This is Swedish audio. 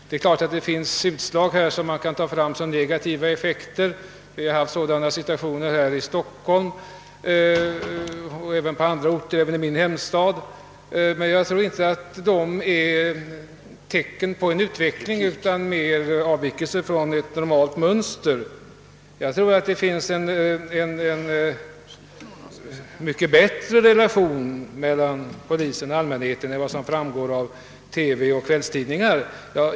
Det är klart att man kan dra fram utslag av en negativ inställning; sådana situationer har förekommit här i Stockholm och även på andra orter, t.ex. i min hemstad. Men jag tror inte att det är tecken på en fortgående utveckling, utan det utgör snarare en avvikelse från det normala mönstret. Jag tror att relationen mellan polisen och allmänheten är mycket bättre än vad som framgår av TV och kvällstidningar.